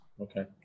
Okay